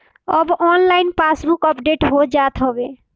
अब online passbook update हो जात हवे